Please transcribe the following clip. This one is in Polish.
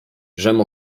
żem